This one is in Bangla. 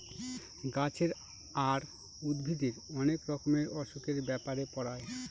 গাছের আর উদ্ভিদের অনেক রকমের অসুখের ব্যাপারে পড়ায়